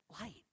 light